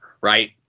Right